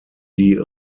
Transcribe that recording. die